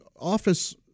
office